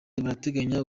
barateganya